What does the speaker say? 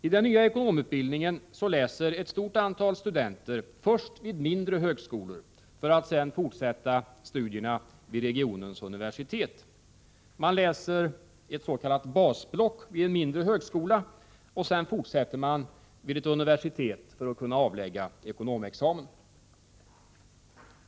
I den nya ekonomutbildningen läser ett stort antal studenter först vid mindre högskolor, för att sedan fortsätta sina studier vid regionens universitet. Man läser ett s.k. basblock vid en mindre högskola och fortsätter sedan vid ett universitet för att kunna avlägga ekonomexamen.